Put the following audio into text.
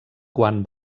quan